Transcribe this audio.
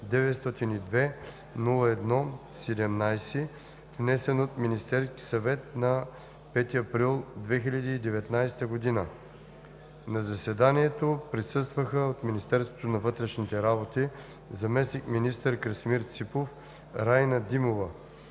902-01-17, внесен от Министерския съвет на 5 април 2019 г. На заседанието присъстваха от Министерството на вътрешните работи: заместник-министър Красимир Ципов, Райна Димова